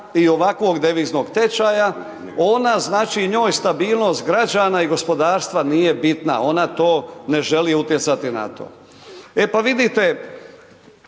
i ovakvog deviznog tečaja, ona znači, njoj stabilnost građana i gospodarstva nije bitna, ona to ne želi utjecati na to. E pa vidite,